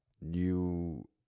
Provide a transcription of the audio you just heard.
new